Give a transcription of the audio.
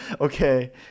Okay